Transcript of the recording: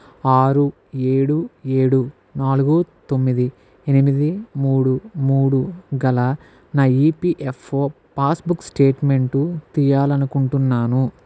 ఆరు ఏడు ఏడు నాలుగు తొమ్మిది ఎనిమిది మూడు మూడు గల నా ఈపిఎఫ్ఓ పాస్ బుక్ స్టేట్మెంటు తీయాలనుకుంటున్నాను